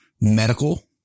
medical